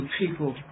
people